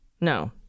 no